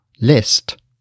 List